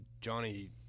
Johnny –